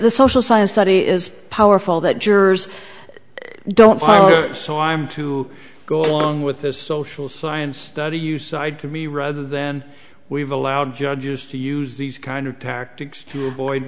the social science study is powerful that jurors don't so i'm to go along with this social science study you cited to me rather then we've allowed judges to use these kind of tactics to avoid